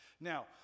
Now